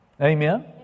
Amen